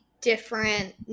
different